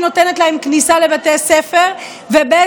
היא נותנת להם כניסה לבתי ספר, ב.